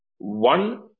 One